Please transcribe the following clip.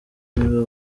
niba